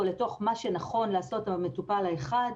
לתוך מה שנכון לעשות עם המטופל האחד.